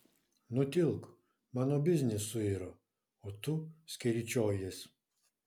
nutilk mano biznis suiro o tu skeryčiojies